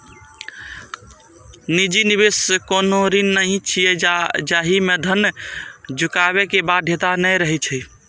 निजी निवेश कोनो ऋण नहि होइ छै, जाहि मे धन चुकाबै के बाध्यता नै रहै छै